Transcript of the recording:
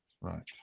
Right